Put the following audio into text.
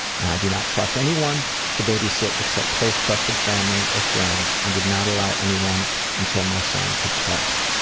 i do not trust anyone to babysit except close trusted family or friends, and would not allow anyone until my son could talk.